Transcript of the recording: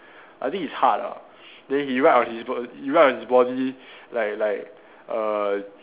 I think is heart ah then he write on his body he write on his body like like err